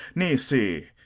nisi,